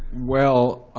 well,